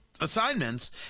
assignments